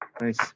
Nice